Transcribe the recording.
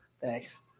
Thanks